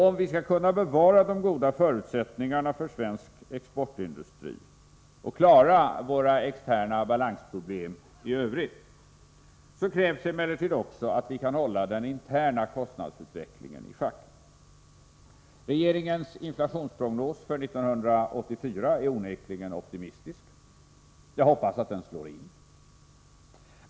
Om vi skall kunna bevara de goda förutsättningarna för svensk exportindustri och klara våra balansproblem i Övrigt, krävs emellertid också att vi kan hålla den interna kostnadsutvecklingen i schack. Regeringens inflationsprognos för 1984 är onekligen optimistisk. Jag hoppas att den slår in.